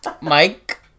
mike